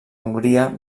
hongria